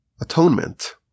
atonement